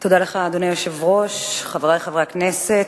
אדוני היושב-ראש, תודה לך, חברי חברי הכנסת,